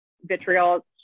vitriol